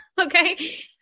Okay